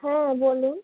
হ্যাঁ বলুন